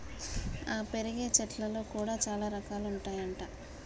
ఆ పెరిగే చెట్లల్లో కూడా చాల రకాలు ఉంటాయి అంట